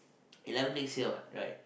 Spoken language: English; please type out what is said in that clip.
eleven next year what right